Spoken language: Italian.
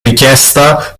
richiesta